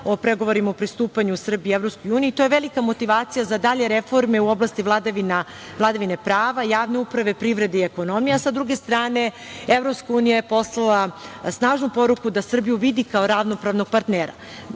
o pregovorima o pristupanju Srbije EU. To je velika motivacija za dalje reforme u oblasti vladavine prava i javne uprave, privrede i ekonomije, a sa druge strane EU je poslala snažnu poruku da Srbiju vidi kao ravnopravnog partnera. Nadam